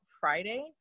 Friday